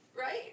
right